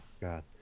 god